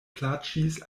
plaĉis